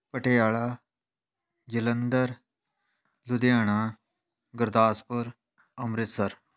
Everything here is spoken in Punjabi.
ਪਟਿਆਲਾ ਜਲੰਧਰ ਲੁਧਿਆਣਾ ਗੁਰਦਾਸਪੁਰ ਅੰਮ੍ਰਿਤਸਰ